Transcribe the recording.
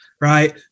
right